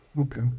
Okay